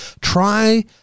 Try